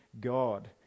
God